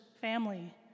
family